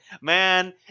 Man